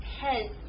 head